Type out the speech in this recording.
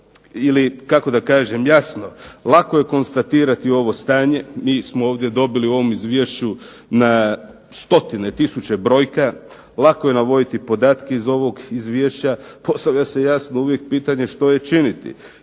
ili kako da kažem jasno lako je konstatirati ovo stanje, mi smo ovdje dobili u ovom Izvješću stotine tisuće brojka, lako je navoditi podatke iz ovog Izvješća, postavlja se uvijek pitanje što je činiti,